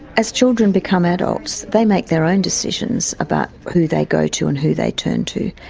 as children become adults they make their own decisions about who they go to and who they turn to.